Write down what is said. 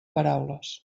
paraules